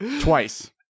Twice